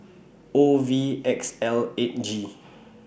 O V X L eight G